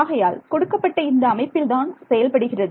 ஆகையால் கொடுக்கப்பட்ட இந்த அமைப்பில்தான் செயல்படுகிறது